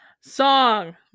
Song